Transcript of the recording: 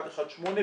118,